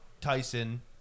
tyson